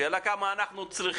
השאלה היא כמה אנחנו צריכים.